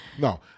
No